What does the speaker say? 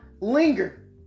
linger